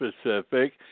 specific